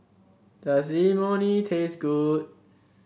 does Imoni taste good